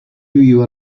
you